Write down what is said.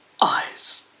eyes